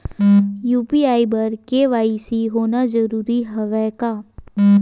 UPI बर KYC होना जरूरी हवय का?